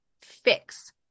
fix